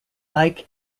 like